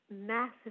massive